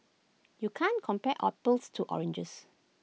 you can't compare apples to oranges